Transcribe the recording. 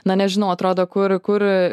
na nežinau atrodo kur kur